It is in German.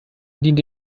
dient